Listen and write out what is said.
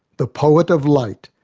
the poet of light,